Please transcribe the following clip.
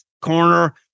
corner